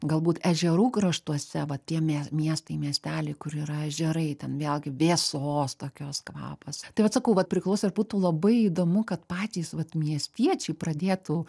galbūt ežerų kraštuose va tie mie miestai miesteliai kur yra ežerai ten vėlgi vėsos tokios kvapas tai vat sakau vat priklauso ir būtų labai įdomu kad patys vat miestiečiai pradėtų